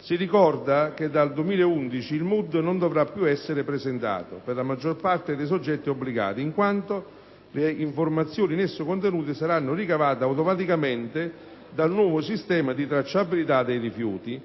Si ricorda che dal 2011 il MUD non dovrà più essere presentato per la maggior parte dei soggetti obbligati, in quanto le informazioni in esso contenute saranno ricavate automaticamente dal nuovo sistema di tracciabilità dei rifiuti,